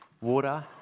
water